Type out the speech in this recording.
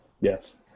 Yes